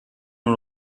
nur